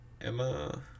emma